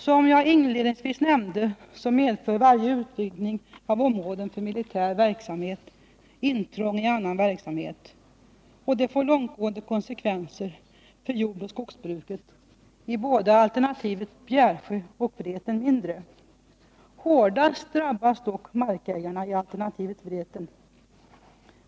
Som jag inledningsvis nämnde medför varje utvidgning av områden för militär verksamhet intrång i annan verksamhet, och det får långtgående konsekvenser för jordoch skogsbruket både i alternativet Bjärsjö och i alternativet Vreten mindre. Hårdast drabbas dock markägarna i alternativet 132 Vreten.